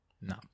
No